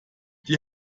die